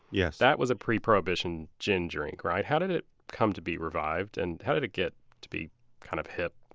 yeah that was a pre-prohibition gin drink, right? how did it come to be revived, and how did it get to be kind of hip?